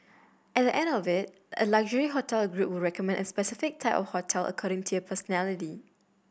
at the end of it a luxury hotel group would recommend a specific type holiday according to your personality